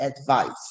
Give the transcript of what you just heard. advice